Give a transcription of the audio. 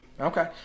Okay